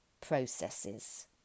processes